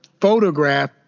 photograph